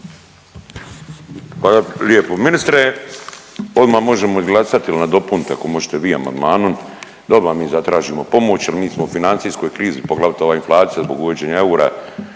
Hvala lijepo. Ministre, odmah možemo i glasati ili nadopunite ako možete vi, amandmanom da odmah mi zatražimo pomoć jer mi smo u financijskoj krizi, poglavito ova inflacija zbog uvođenja eura